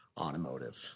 automotive